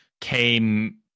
came